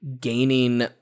gaining